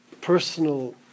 personal